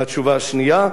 והתשובה השנייה,